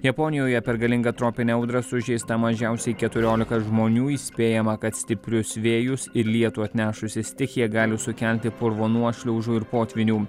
japonijoje per galingą tropinę audrą sužeista mažiausiai keturiolika žmonių įspėjama kad stiprius vėjus ir lietų atnešusi stichija gali sukelti purvo nuošliaužų ir potvynių